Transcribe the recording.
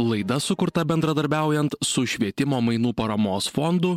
laida sukurta bendradarbiaujant su švietimo mainų paramos fondu